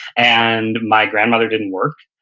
and my grandmother didn't work,